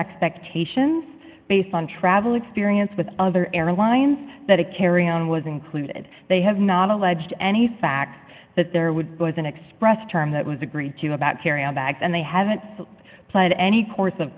expectations based on travel experience with other airlines that a carry on was included they have not alleged any facts that there would express a term that was agreed to about carry on bags and they haven't played any course of